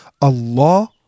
Allah